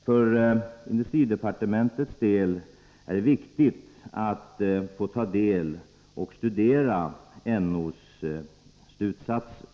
För industridepartementets del är det viktigt att få ta del av och studera NO:s slutsatser.